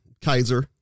Kaiser